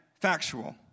factual